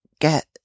get